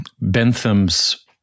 Bentham's